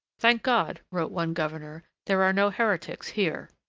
thank god wrote one governor, there are no heretics here